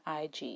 IG